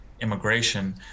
immigration